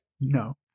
No